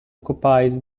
occupies